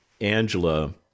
Angela